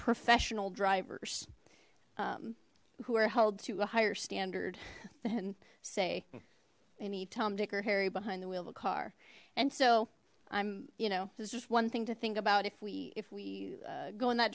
professional drivers who are held to a higher standard then say any tom dick or harry behind the wheel of a car and so i'm you know there's just one thing to think about if we if we go in that